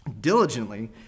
diligently